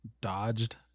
dodged